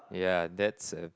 yeah that's a